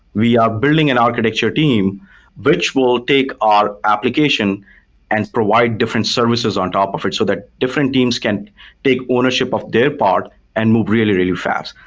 we are building an architecture team which will take our application and provide different services on top of it, so that different teams can take ownership of their part and move really, really fast.